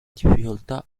difficoltà